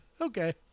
okay